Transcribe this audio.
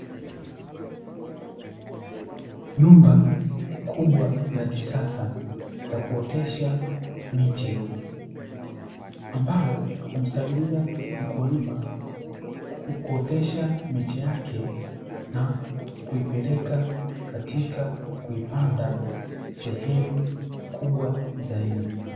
Jumba kubwa la kisasa la kuotesha miche, ambalo humsaidia mkulima kuotesha miche yake na kuipeleka katika kuipanda sehemu kubwa zaidi.